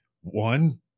one